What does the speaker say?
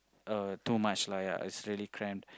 uh too much lah is really cramp